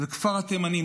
זה כפר התימנים.